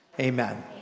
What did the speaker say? Amen